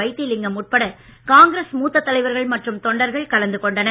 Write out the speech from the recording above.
வைத்திலிங்கம் உட்பட காங்கிரஸ் மூத்த தலைவர்கள் மற்றும் தொண்டர்கள் கலந்துகொண்டனர்